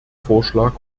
vorschlag